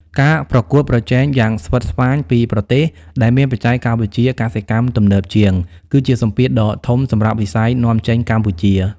ការប្រកួតប្រជែងយ៉ាងស្វិតស្វាញពីប្រទេសដែលមានបច្ចេកវិទ្យាកសិកម្មទំនើបជាង គឺជាសម្ពាធដ៏ធំសម្រាប់វិស័យនាំចេញកម្ពុជា។